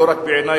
ולא רק בעיני,